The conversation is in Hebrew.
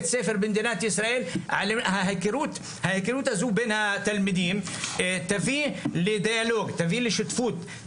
ההיכרות הזו בין התלמידים תביא לשותפות,